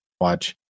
Watch